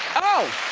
oh,